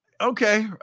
Okay